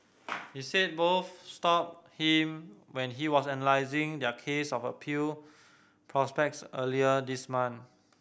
he said both stopped him when he was analysing their case of appeal prospects earlier this month